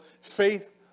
Faith